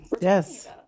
Yes